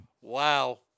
Wow